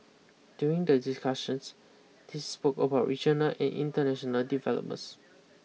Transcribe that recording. during the discussions they spoke about regional and international developments